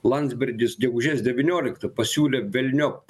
landsbergis gegužės devynioliktą pasiūlė velniop